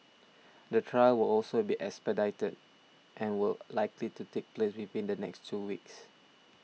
the trial will also be expedited and will likely to take place within the next two weeks